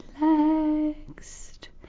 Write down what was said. relaxed